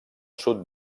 sud